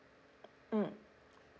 mm